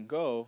go